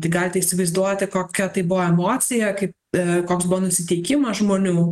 tai galite įsivaizduoti kokia tai buvo emocija kaip koks buvo nusiteikimas žmonių